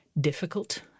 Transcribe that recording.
difficult